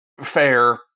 fair